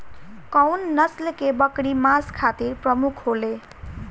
कउन नस्ल के बकरी मांस खातिर प्रमुख होले?